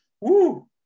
Woo